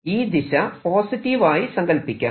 ഈ ദിശ പോസിറ്റീവ് ആയി സങ്കല്പിക്കാം